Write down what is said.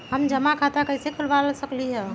हम जमा खाता कइसे खुलवा सकली ह?